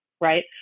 right